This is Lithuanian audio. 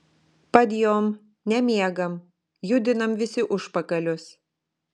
padjom nemiegam judinam visi užpakalius